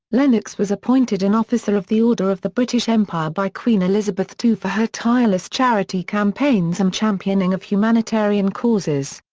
lennox was appointed an officer of the order of the british empire by queen elizabeth ii for her tireless charity campaigns and championing of humanitarian causes.